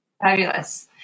fabulous